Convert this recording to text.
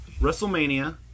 Wrestlemania